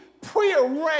prearranged